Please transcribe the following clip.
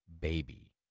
baby